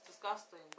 Disgusting